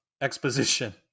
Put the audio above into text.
exposition